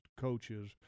coaches